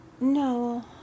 no